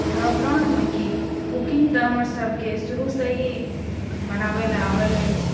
लाकडाउनमे की कूकिंग तऽ हमरसभकें शुरुसॅं ही बनाबय लए आबैत अछि